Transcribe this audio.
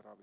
ravi